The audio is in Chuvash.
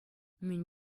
мӗн